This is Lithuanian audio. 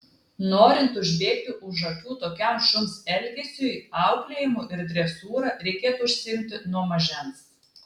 norint užbėgti už akių tokiam šuns elgesiui auklėjimu ir dresūra reikėtų užsiimti nuo mažens